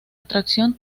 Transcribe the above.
atracción